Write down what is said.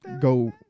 go –